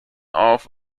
auf